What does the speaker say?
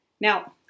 Now